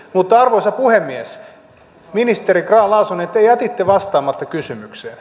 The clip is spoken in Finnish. mutta arvoisa puhemies ministeri grahn laasonen te jätitte vastaamatta kysymykseeni